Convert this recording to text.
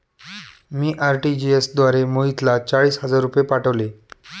मी RTGS द्वारे मोहितला चाळीस हजार रुपये पाठवले